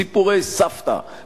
סיפורי סבתא,